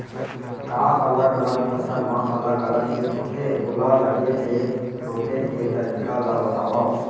का अलग अलग फसल मा अलग अलग किट होथे, ओला लगे ले रोके के तरीका ला बतावव?